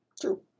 True